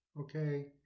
okay